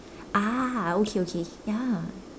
ah okay okay ya